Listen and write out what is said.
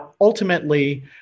ultimately